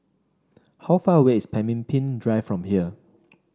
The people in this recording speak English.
how far away is Pemimpin Drive from here